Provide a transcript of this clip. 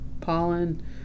pollen